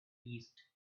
east